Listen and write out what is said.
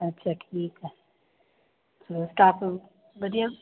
ਅੱਛਾ ਠੀਕ ਹੈ ਸ ਸਟਾਫ ਵਧੀਆ